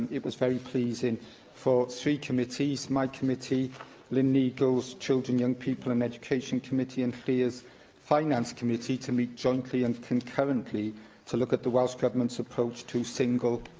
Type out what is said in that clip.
it was very pleasing for three committees my committee lynne neagle's children, young people and education committee and llyr's finance committee to meet jointly and concurrently to look at the welsh government's approach to single,